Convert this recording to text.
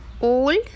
Old